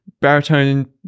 baritone